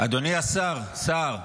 אדוני השר סהר,